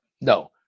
No